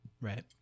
right